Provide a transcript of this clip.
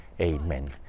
Amen